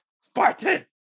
Spartan